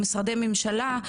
משרדי ממשלה,